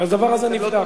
אז הדבר הזה נבדק.